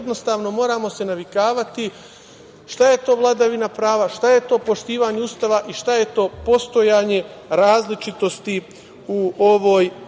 Jednostavno, moramo se navikavati šta je to vladavina prava, šta je to poštovanje Ustava i šta je to postojanje različitosti u ovoj